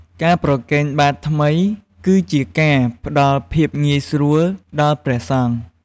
ការប្រគេនបាតថ្មី គឺជាការផ្ដល់ភាពងាយស្រួលដល់ព្រះសង្ឃ។